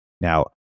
Now